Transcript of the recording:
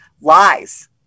lies